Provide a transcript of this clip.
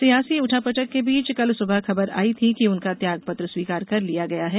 सियासी उठापटक के बीच कल सुबह खबर आयी थी कि उनका त्यागपत्र स्वीकार कर लिया गया है